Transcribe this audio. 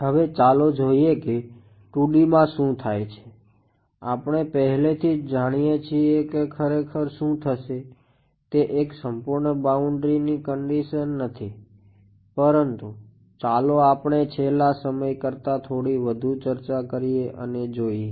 હવે ચાલો જોઈએ કે 2 D માં શું થાય છે આપણે પહેલેથી જ જાણીએ છીએ કે ખરેખર શું થશે તે એક સંપૂર્ણ બાઉન્ડ્રી ની નથી પરંતુ ચાલો આપણે છેલ્લા સમય કરતા થોડી વધુ ચર્ચા કરીએ અને જોઈએ